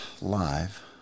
live